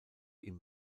ihm